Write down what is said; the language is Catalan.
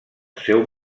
seu